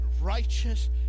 righteous